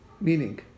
meaning